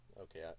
Okay